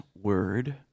word